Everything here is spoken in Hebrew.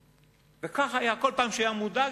וכך כל פעם שהיה מודאג,